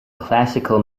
classical